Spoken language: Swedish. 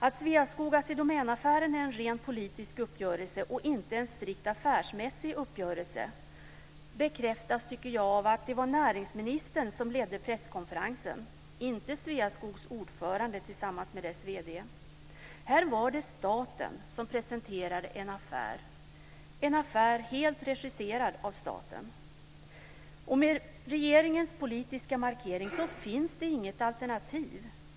Att Sveaskog-Assi Domän-affären är en ren politisk uppgörelsen och inte en strikt affärsmässig uppgörelse bekräftas, tycker jag, av att det var näringsministern som ledde presskonferensen, inte Sveaskogs ordförande tillsammans med dess vd. Här var det staten som presenterade en affär, en affär helt regisserad av staten. Med regeringens politiska markering finns det inget alternativ.